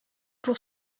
pour